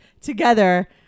together